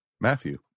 Matthew